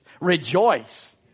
rejoice